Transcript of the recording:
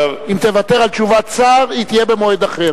אם תוותר על תשובת שר, היא תהיה במועד אחר.